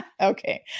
Okay